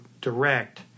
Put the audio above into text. direct